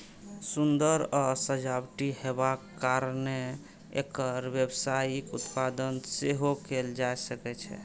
सुंदर आ सजावटी हेबाक कारणें एकर व्यावसायिक उत्पादन सेहो कैल जा सकै छै